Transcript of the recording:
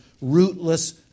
rootless